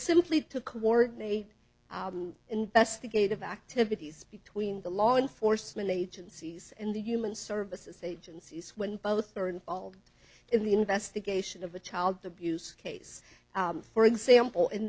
simply to coordinate investigative activities between the law enforcement agencies and the human services agencies when both are in all in the investigation of a child abuse case for example in